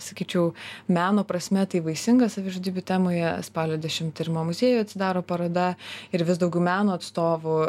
sakyčiau meno prasme tai vaisinga savižudybių temoje spalio dešimtą ir mo muziejuj atsidaro paroda ir vis daugiau meno atstovų